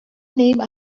name